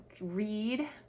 read